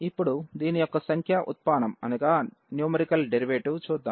ఇప్పుడు దీని యొక్క సంఖ్యా ఉత్పానం చూద్దాం